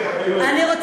אני מקנא ב"ארץ נהדרת".